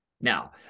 now